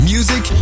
Music